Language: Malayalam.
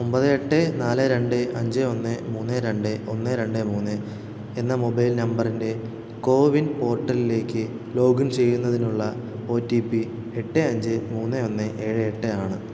ഒമ്പത് എട്ട് നാല് രണ്ട് അഞ്ച് ഒന്ന് മൂന്ന് രണ്ട് ഒന്ന് രണ്ട് മൂന്ന് എന്ന മൊബൈൽ നമ്പറിന്റെ കോവിൻ പോർട്ടലിലേക്ക് ലോഗിൻ ചെയ്യുന്നതിനുള്ള ഓ റ്റീ പ്പി എട്ട് അഞ്ച് മൂന്ന് ഒന്ന് ഏഴ് എട്ട് ആണ്